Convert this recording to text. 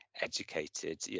educated